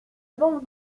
banque